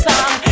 Song